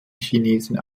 chinesen